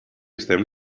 estem